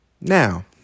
Now